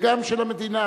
וגם של המדינה.